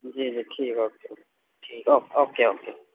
جی رکھیے گا اوکے ٹھیک اوک اوکے اوکے